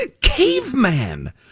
caveman